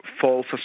false